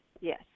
yes